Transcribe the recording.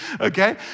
okay